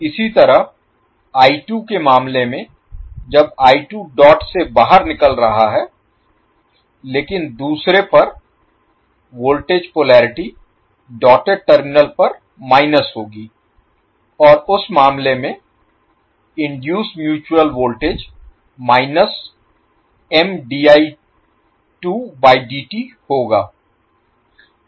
इसी तरह के मामले में जब डॉट से बाहर निकल रहा है लेकिन दूसरे पर वोल्टेज पोलेरिटी डॉटेड टर्मिनल पर माइनस होगी और उस मामले में इनडुइस म्युचुअल वोल्टेज होगा